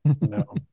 no